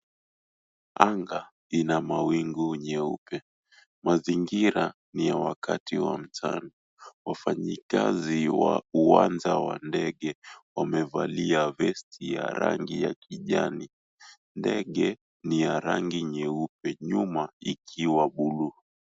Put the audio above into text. Anga lina mawingu meupe mazingira ni ya wakati wa mchana, wafanyikazi wa uwanja wa ndege wamevalia vesti ya rangi ya kijani ndege ni ya rangi nyeupe, nyuma ikiwa buluu.